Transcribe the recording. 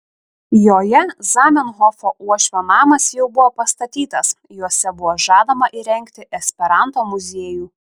joje zamenhofo uošvio namas jau buvo pastatytas juose buvo žadama įrengti esperanto muziejų